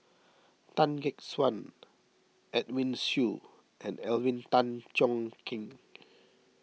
Tan Gek Suan Edwin Siew and Alvin Tan Cheong Kheng